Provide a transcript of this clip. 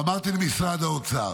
ואמרתי למשרד האוצר: